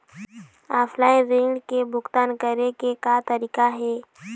Offline ऋण के भुगतान करे के का तरीका हे?